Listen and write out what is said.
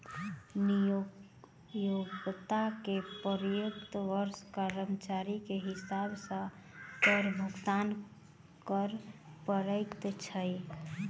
नियोक्ता के प्रति वर्ष कर्मचारी के हिसाब सॅ कर भुगतान कर पड़ैत अछि